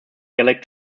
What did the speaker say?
gallic